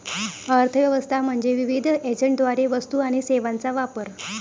अर्थ व्यवस्था म्हणजे विविध एजंटद्वारे वस्तू आणि सेवांचा वापर